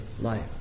life